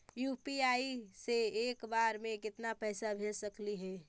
UPI से एक बार मे केतना पैसा भेज सकली हे?